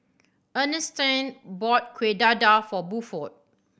Ernestine bought Kueh Dadar for Buford